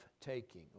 taking